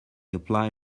apply